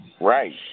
Right